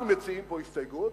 אנחנו מציעים פה הסתייגות,